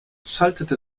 schaltete